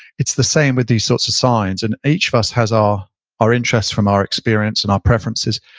it's the same with these sorts of signs, and each of us has our our interests from our experience and our preferences,